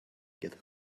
get